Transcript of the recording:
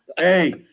Hey